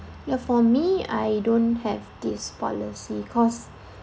ya for me I don't have this policy cause